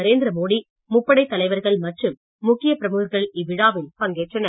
நரேந்திரமோடி முப்படை தலைவர்கள் மற்றும் முக்கிய பிரமுகர்கள் இவ்விழாவில் பங்கேற்றனர்